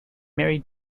married